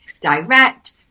direct